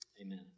amen